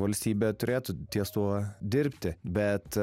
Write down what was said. valstybė turėtų ties tuo dirbti bet